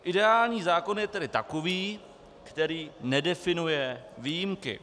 Ideální zákon je tedy takový, který nedefinuje výjimky.